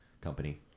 company